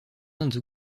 indes